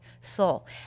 soul